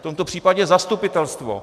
V tomto případě zastupitelstvo.